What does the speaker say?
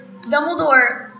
Dumbledore